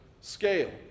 scale